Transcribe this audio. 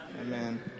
Amen